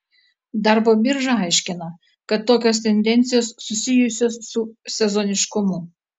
darbo birža aiškina kad tokios tendencijos susijusios su sezoniškumu